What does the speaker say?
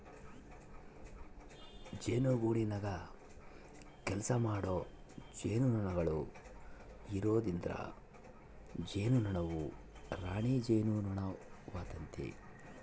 ಜೇನುಗೂಡಿನಗ ಕೆಲಸಮಾಡೊ ಜೇನುನೊಣಗಳು ಇರೊದ್ರಿಂದ ಜೇನುನೊಣವು ರಾಣಿ ಜೇನುನೊಣವಾತತೆ